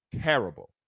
terrible